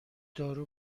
دارو